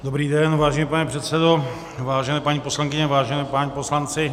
Dobrý den, vážený pane předsedo, vážené paní poslankyně, vážení páni poslanci.